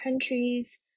countries